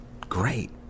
great